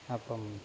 அப்புறம்